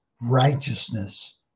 righteousness